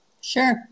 Sure